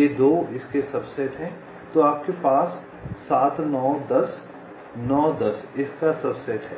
ये 2 इसके सबसेट हैं तो आपके पास 7 9 10 9 10 इस का सबसेट है